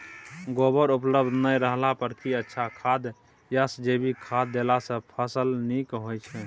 गोबर उपलब्ध नय रहला पर की अच्छा खाद याषजैविक खाद देला सॅ फस ल नीक होय छै?